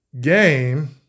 game